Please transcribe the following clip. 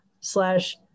slash